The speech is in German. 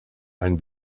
ein